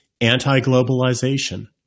anti-globalization